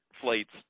flights